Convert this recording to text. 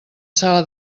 sala